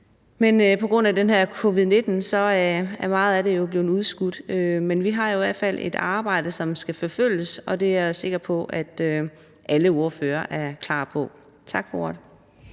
men på grund af covid-19 er meget af det jo blevet udskudt, og det er rigtig ærgerligt. Men vi har jo i hvert fald et arbejde, som skal forfølges, og det er jeg sikker på at alle ordførere er klar på. Tak for ordet.